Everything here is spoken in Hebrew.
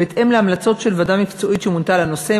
בהתאם להמלצות של ועדה מקצועית שמונתה לנושא,